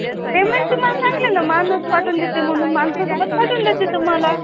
payment तुम्हाला सांगितलं ना माणूस पाठवून देते म्हणून माणसासोबत पाठवून देते तुम्हाला